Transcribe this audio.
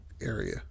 area